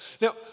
Now